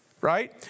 Right